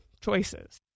choices